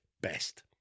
best